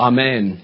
Amen